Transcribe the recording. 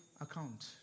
account